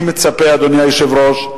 אני מצפה, אדוני היושב-ראש,